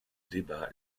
débat